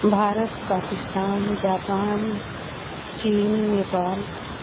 Bharat Pakistan Japan चीन नेपाल